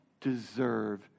deserve